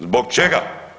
Zbog čega?